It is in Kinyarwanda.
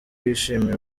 yishimiye